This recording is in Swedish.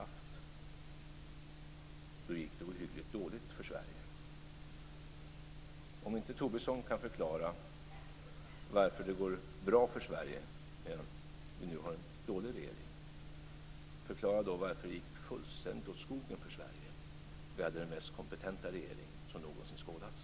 Då gick det ohyggligt dåligt för Sverige. Om inte Lars Tobisson kan förklara varför det går bra för Sverige när vi har en dålig regering, förklara då varför det gick fullständigt åt skogen för Sverige när vi hade den mest kompetenta regering som någonsin skådats.